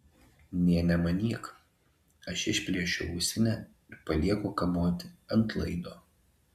nė nemanyk aš išplėšiu ausinę ir palieku kaboti ant laido